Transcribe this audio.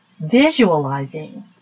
visualizing